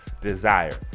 desire